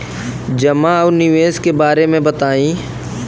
जमा और निवेश के बारे मे बतायी?